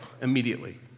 immediately